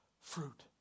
fruit